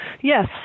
Yes